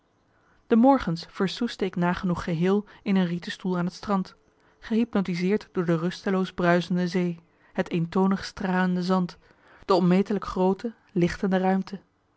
de morgens versoesde ik nagenoeg geheel in een rieten stoel aan het strand gehypnotiseerd door de rusteloos bruisende zee het eentonig stralende zand de onmetelijk groote lichtende ruimte